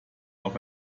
auf